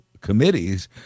committees